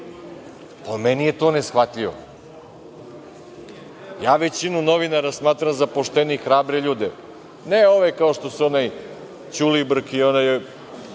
Po meni je to neshvatljivo. Većinu novinara smatram za poštene i hrabre ljude. Ne ove kao što su ovaj Ćulibrk i osnivač